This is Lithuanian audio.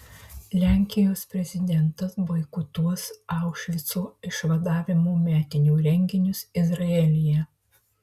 lenkijos prezidentas boikotuos aušvico išvadavimo metinių renginius izraelyje